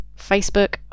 Facebook